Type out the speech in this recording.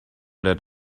that